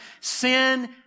Sin